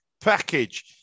package